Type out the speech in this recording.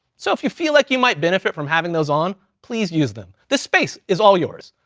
so if you feel like you might benefit from having those on, please use them. this space is all yours.